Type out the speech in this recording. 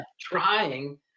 trying